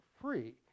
free